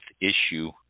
issue